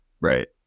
Right